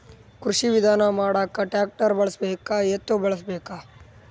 ಕೃಷಿ ವಿಧಾನ ಮಾಡಾಕ ಟ್ಟ್ರ್ಯಾಕ್ಟರ್ ಬಳಸಬೇಕ, ಎತ್ತು ಬಳಸಬೇಕ?